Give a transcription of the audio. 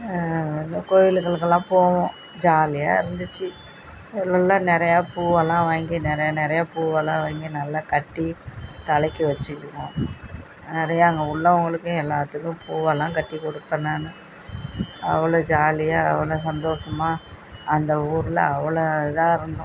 அந்த கோயிலுகளுக்கெல்லாம் போவோம் ஜாலியாக இருந்துச்சு எல்லாம் நிறையா பூவெல்லாம் வாங்கி நிறையா நிறையா பூவெல்லாம் வாங்கி நல்லா கட்டி தலைக்கு வச்சுக்குவோம் நிறையா அங்கே உள்ளவர்களுக்கும் எல்லாத்துக்கும் பூவெல்லாம் கட்டி கொடுப்பேன் நான் அவ்வளோ ஜாலியாக அவ்வளோ சந்தோஷமா அந்த ஊரில் அவ்வளோ இதாக இருந்தோம்